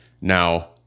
Now